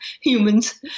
humans